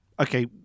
Okay